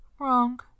Wrong